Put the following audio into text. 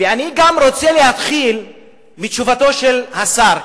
אני גם רוצה להתחיל מתשובתו של השר,